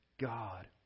God